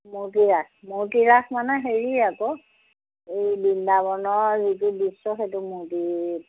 মূৰ্তিৰাস মূৰ্তিৰাস মানে হেৰি আকৌ এই বৃন্দাবনৰ যিটো দৃশ্য সেইটো মূৰ্তি